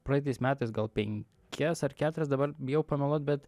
praeitais metais gal penkias ar keturias dabar bijau pameluot bet